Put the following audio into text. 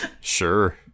Sure